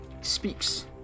speaks